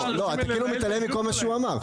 אתה כאילו אתה מתעלם מכל מה שהוא אמר.